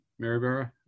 Maryborough